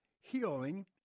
healing